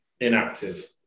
inactive